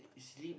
sleep